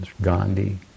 Gandhi